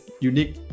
unique